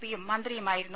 പിയും മന്ത്രിയുമായിരുന്നു